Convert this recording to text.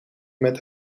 met